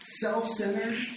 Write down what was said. Self-centered